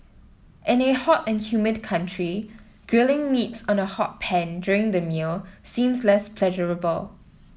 in a hot and humid country grilling meats on a hot pan during the meal seems less pleasurable